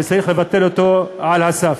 וצריך לבטל אותו על הסף.